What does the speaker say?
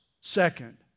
Second